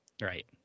Right